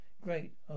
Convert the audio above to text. Great